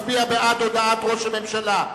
מצביע בעד הודעת ראש הממשלה,